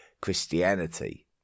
Christianity